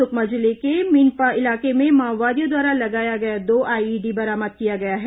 सुकमा जिले के मिनपा इलाके में माओवादियों द्वारा लगाया गया दो आईईडी बरामद किया गया है